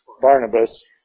Barnabas